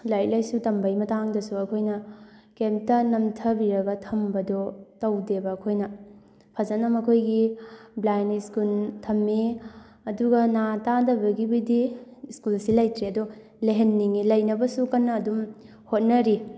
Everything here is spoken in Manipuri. ꯂꯥꯏꯔꯤꯛ ꯂꯥꯏꯁꯨ ꯇꯝꯕꯒꯤ ꯃꯇꯥꯡꯗꯁꯨ ꯑꯩꯈꯣꯏꯅ ꯀꯔꯤꯝꯇ ꯅꯝꯊꯕꯤꯔꯒ ꯊꯝꯕꯗꯣ ꯇꯧꯗꯦꯕ ꯑꯩꯈꯣꯏꯅ ꯐꯖꯅ ꯃꯈꯣꯏꯒꯤ ꯕ꯭ꯂꯥꯏꯟ ꯁ꯭ꯀꯨꯜ ꯊꯝꯃꯤ ꯑꯗꯨꯒ ꯅꯥ ꯇꯥꯗꯕꯒꯤꯕꯨꯗꯤ ꯁ꯭ꯀꯤꯜꯁꯤ ꯂꯩꯇ꯭ꯔꯦ ꯑꯗꯣ ꯂꯩꯍꯟꯅꯤꯡꯉꯦ ꯂꯩꯅꯕꯁꯨ ꯀꯟꯅ ꯑꯗꯨꯝ ꯍꯣꯠꯅꯔꯤ